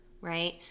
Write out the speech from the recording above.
right